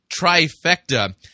trifecta